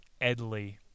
Edley